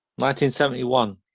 1971